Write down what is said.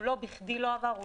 ולא בכדי הוא לא עבר,